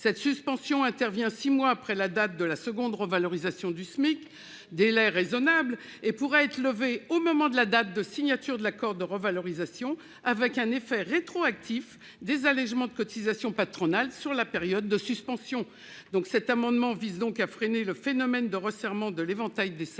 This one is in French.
Cette suspension interviendrait six mois après la date de la seconde revalorisation du SMIC, un délai raisonnable. Elle pourrait être levée à la date de signature de l'accord de revalorisation, avec un effet rétroactif des allègements de cotisation patronale sur la période de suspension. Cet amendement vise donc à freiner le phénomène de resserrement de l'éventail des